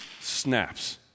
snaps